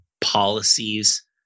policies